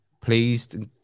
pleased